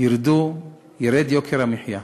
ירד יוקר המחיה.